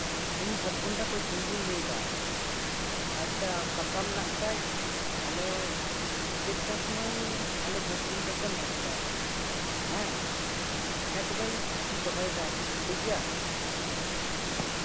ᱤᱧ ᱵᱷᱟᱹᱛ ᱠᱩᱱᱰᱟ ᱠᱷᱚᱱ ᱥᱚᱢᱵᱷᱩᱧ ᱞᱟᱹᱭ ᱮᱫᱟ ᱟᱪᱪᱷᱟ ᱯᱷᱟᱸᱠᱟ ᱢᱮᱱᱟᱜ ᱢᱮ ᱠᱷᱟᱱ ᱟᱞᱮ ᱪᱟᱴᱴᱟ ᱥᱩᱢᱟᱹᱭ ᱟᱞᱮ ᱵᱷᱟᱹᱛ ᱠᱩᱱᱰᱟ ᱛᱮᱢ ᱦᱤᱡᱩᱜᱼᱟ ᱦᱮᱸ ᱦᱮᱸ ᱛᱚᱵᱮᱧ ᱫᱚᱦᱚᱭᱮᱫᱟ ᱴᱷᱤᱠᱜᱮᱭᱟ